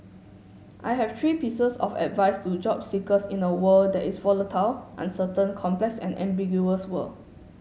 I have three pieces of advice to job seekers in a world that is volatile uncertain complex and ambiguous world